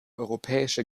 europäische